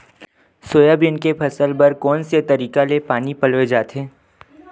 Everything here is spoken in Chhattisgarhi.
सोयाबीन के फसल बर कोन से तरीका ले पानी पलोय जाथे?